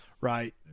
right